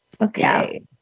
okay